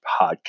podcast